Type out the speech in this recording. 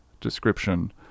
description